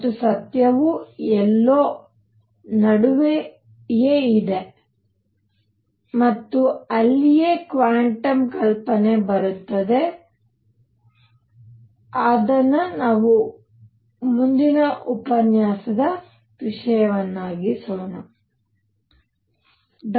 ಮತ್ತು ಸತ್ಯವು ಎಲ್ಲೋ ನಡುವೆ ಇದೆ ಮತ್ತು ಅಲ್ಲಿಯೇ ಕ್ವಾಂಟಮ್ ಕಲ್ಪನೆ ಬರುತ್ತದೆ ಮತ್ತು ಅದು ಮುಂದಿನ ಉಪನ್ಯಾಸದ ವಿಷಯವಾಗಲಿದೆ